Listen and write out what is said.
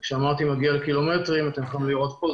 וכשאמרתי מגיע לקילומטרים אתם יכולים לראות פה,